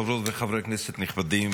חברות וחברי כנסת נכבדים,